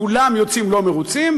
כולם יוצאים מרוצים,